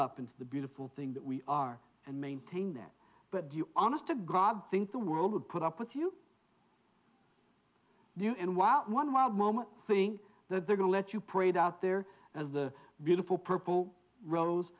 up into the beautiful thing that we are and maintain that but do you honest to god think the world would put up with you do and while one wild moment thing that they're going let you prayed out there as the beautiful purple rose